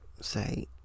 say